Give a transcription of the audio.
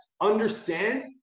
understand